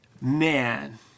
Man